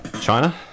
china